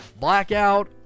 Blackout